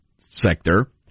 sector